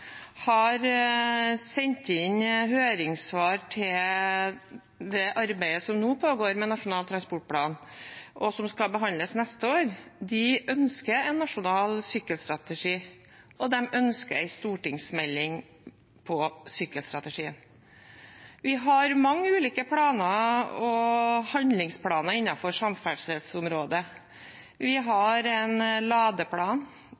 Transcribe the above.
har sendt inn høringssvar til det arbeidet som nå pågår med Nasjonal transportplan, og som skal behandles neste år. De ønsker en nasjonal sykkelstrategi, og de ønsker en stortingsmelding om sykkelstrategien. Vi har mange ulike planer og handlingsplaner innenfor samferdselsområdet. Vi har en ladeplan,